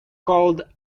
called